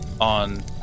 on